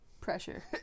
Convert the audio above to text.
pressure